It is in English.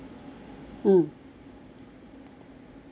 mm